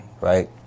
right